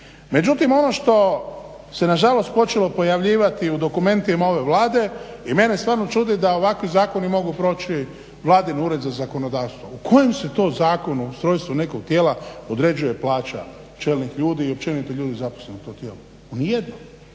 Međutim ono što se nažalost počelo pojavljivati u dokumentima ove Vlade i mene stvarno čudi da ovakvi zakoni mogu proći vladin ured za zakonodavstvo. U kojem se to zakonu, ustrojstvu nekog tijela određuje plaća čelnih ljudi i općenito ljudi zaposlenih u tom tijelu. U nijednom.